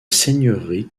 seigneurie